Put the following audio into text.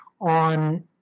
on